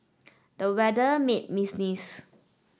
the weather made me sneeze